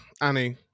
Annie